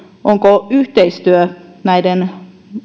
onko yhteistyö näiden